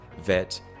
vet